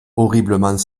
horriblement